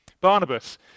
Barnabas